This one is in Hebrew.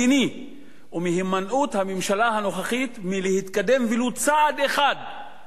ומהימנעות הממשלה הנוכחית מלהתקדם ולו צעד אחד לקראת השלום.